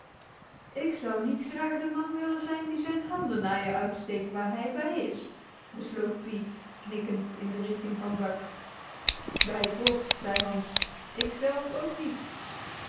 ik zou niet graag de man willen zijn die zijn handen naar je uitsteekt waar hij bij is besloot pete knikkend in de richting van buck bij god zei hans ik zelf ook niet